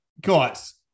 Guys